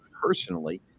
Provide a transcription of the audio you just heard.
personally